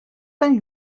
sein